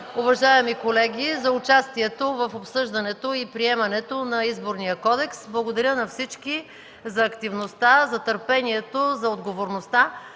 уважаеми колеги, за участието в обсъждането и приемането на Изборния кодекс. Благодаря на всички за активността, за търпението и за отговорността!